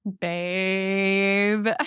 Babe